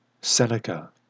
Seneca